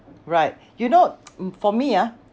right you know for me ah